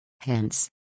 Hence